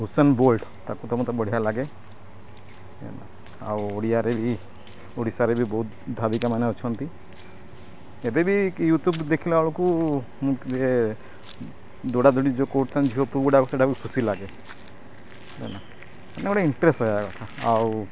Usain Bolt ତାକୁ ତ ମୋତେ ବଢ଼ିଆ ଲାଗେ ଆଉ ଓଡ଼ିଆରେ ବି ଓଡ଼ିଶାରେ ବି ବହୁତ ଧାବିକା ମାନେ ଅଛନ୍ତି ଏବେ ବି ୟୁଟ୍ୟୁବ୍ ଦେଖିଲା ବେଳକୁ ମୁଁ ଦୌଡ଼ାଦୌଡ଼ି ଯେଉଁ କରୁଥାନ୍ତି ଝିଅ ପୁଅ ଗୁଡ଼ାକ ସେଇଟା ଖୁସି ଲାଗେ ମାନେ ଗୋଟେ ଇଣ୍ଟରେଷ୍ଟ ରହିବା କଥା ଆଉ